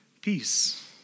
Peace